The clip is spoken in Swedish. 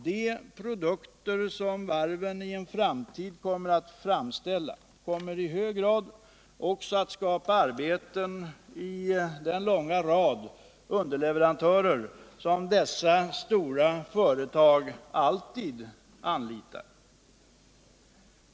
De produkter som varven i en framtid kommer att framställa kommer i hög grad också att skapa arbeten hos den långa rad av underleverantörer som dessa stora företag alltid anlitar.